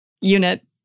unit